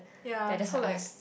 yea so like